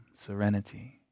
serenity